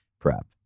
prep